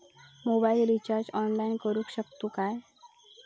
Mobile recharge online करुक शकतू काय?